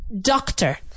Doctor